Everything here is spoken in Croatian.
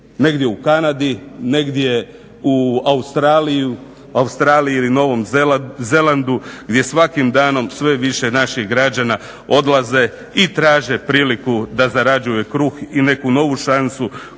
negdje u Kanadi, negdje u Australiji ili Novom Zelandu gdje svakim danom sve više naših građana odlaze i traže priliku da zarađuje kruh i neku novu šansu